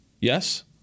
Yes